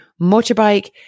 motorbike